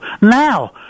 Now